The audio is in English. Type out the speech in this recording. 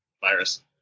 virus